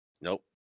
nope